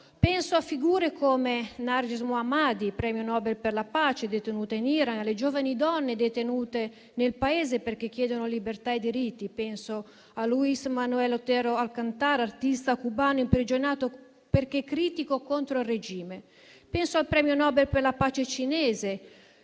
Penso a figure come Narges Mohammadi, premio Nobel per la pace detenuta in Iran, e alle giovani donne detenute nel Paese, perché chiedono libertà e diritti. Penso a Luis Manuel Otero Alcántara, artista cubano imprigionato perché critico contro il regime. Penso al premio Nobel per la pace cinese